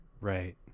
Right